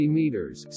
meters